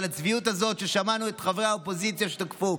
אבל הצביעות הזאת ששמענו את חברי האופוזיציה שתקפו,